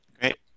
Great